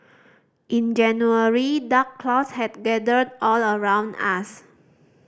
in January dark clouds had gathered all around us